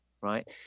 right